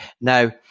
now